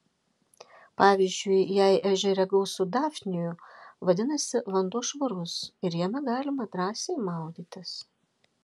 pavyzdžiui jei ežere gausu dafnijų vadinasi vanduo švarus ir jame galima drąsiai maudytis